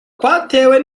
kwatewe